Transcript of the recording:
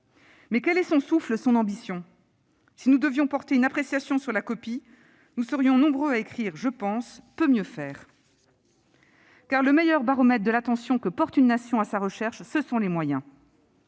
? Quelle est son ambition ? Si nous devions porter une appréciation sur la copie, nous serions nombreux, me semble-t-il, à écrire :« Peut mieux faire ». Car le meilleur baromètre de l'attention que porte une nation à sa recherche, ce sont les moyens